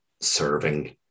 serving